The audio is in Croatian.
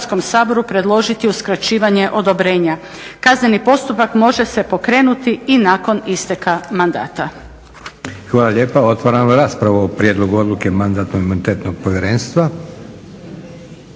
Hvala lijepa. Otvaram raspravu o prijedlogu odluke Mandatno imunitetnog povjerenstva.